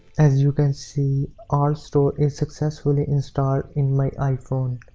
as you can see altstore is successfully installed in my iphone.